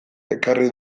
ekarri